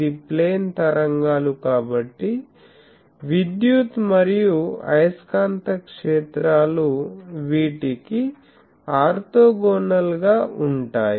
ఇది ప్లేన్ తరంగాలు కాబట్టి విద్యుత్ మరియు అయస్కాంత క్షేత్రాలు వీటికి ఆర్తోగోనల్ గా ఉంటాయి